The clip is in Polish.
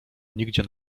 nigdzie